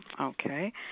okay